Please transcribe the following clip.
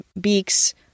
beaks